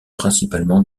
principalement